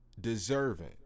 deserving